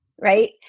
right